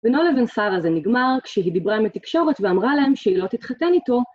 ונולד ונסארה זה נגמר כשהיא דיברה עם התקשורת ואמרה להם שהיא לא תתחתן איתו.